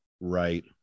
Right